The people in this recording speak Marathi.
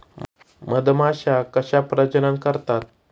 मधमाश्या कशा प्रजनन करतात?